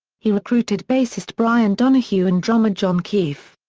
he recruited bassist bryan donahue and drummer john keefe.